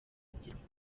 kugirango